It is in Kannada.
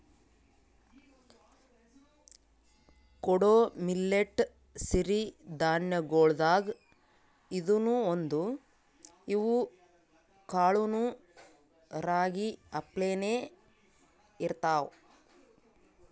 ಕೊಡೊ ಮಿಲ್ಲೆಟ್ ಸಿರಿ ಧಾನ್ಯಗೊಳ್ದಾಗ್ ಇದೂನು ಒಂದು, ಇವ್ ಕಾಳನೂ ರಾಗಿ ಅಪ್ಲೇನೇ ಇರ್ತಾವ